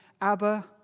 Abba